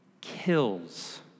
kills